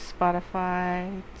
Spotify